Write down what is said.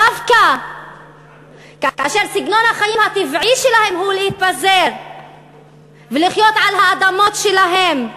דווקא כאשר סגנון החיים הטבעי שלהם הוא להתפזר ולחיות על האדמות שלהם,